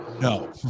No